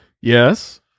Yes